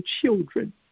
children